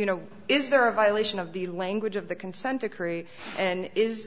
you know is there a violation of the language of the consent decree and is